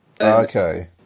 Okay